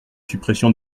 suppression